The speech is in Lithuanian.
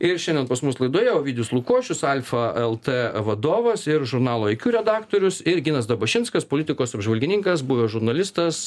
ir šiandien pas mus laidoje ovidijus lukošius alfa el t vadovas ir žurnalo iq redaktorius ir ginas dabašinskas politikos apžvalgininkas buvęs žurnalistas